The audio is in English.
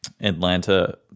Atlanta